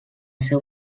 seu